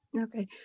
Okay